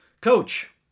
Coach